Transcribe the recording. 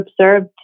observed